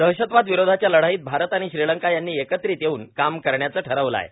दहशतवाद विरोधाच्या लढाईत भारत आणि श्रीलंका यांनी एकत्रित येवून काम करण्याचं ठरवलं आहे